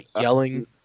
yelling